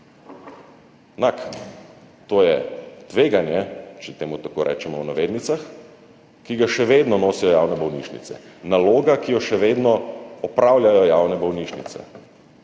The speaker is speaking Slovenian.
to je »tveganje«, če temu tako rečemo v navednicah, ki ga še vedno nosijo javne bolnišnice, naloga, ki jo še vedno opravljajo javne bolnišnice.